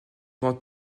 vent